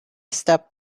step